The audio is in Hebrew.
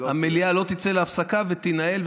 המליאה לא תצא להפסקה ותינעל,